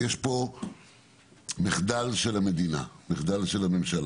יש פה מחדל של המדינה, של הממשלה.